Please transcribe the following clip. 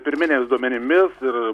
pirminiais duomenimis ir